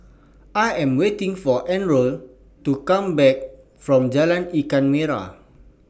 I Am waiting For Errol to Come Back from Jalan Ikan Merah